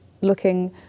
looking